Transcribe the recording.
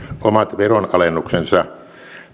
omat veronalennuksensa